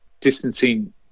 distancing